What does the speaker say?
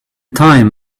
time